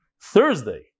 Thursday